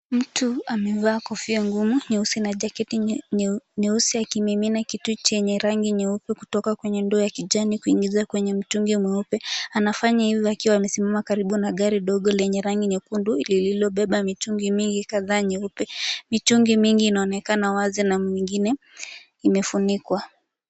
Mtu amevaa kofia nyeusi ngumuja jaketi nyeusi, akimimina kitu nyeupe kutoka kwenye doo ya rangi ya kijani na kuingiza kwenye mtungi mweupe. Anafanya hivi akiwa amesimama karibu na gari dogo lenye trangi nyekundu lililobeba mitungi mingi kadhaa nyeupe. Mitungi mingi inaonekana wazi na mingine imefunikwa.